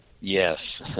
Yes